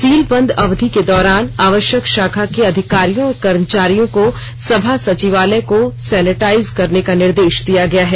seal बंद अवधि के दौरान आवश्यक शाखा के अधिकारियों और कर्मचारियों को सभा सचिवालय को सैनिटाइज करने का निर्देश दिया गया है